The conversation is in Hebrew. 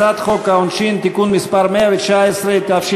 הצעת חוק העונשין (תיקון מס' 119), התשע"ה